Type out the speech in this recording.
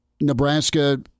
Nebraska